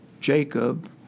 Jacob